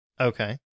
Okay